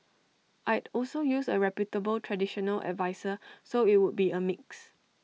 I'd also use A reputable traditional adviser so IT would be A mix